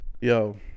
Yo